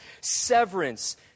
severance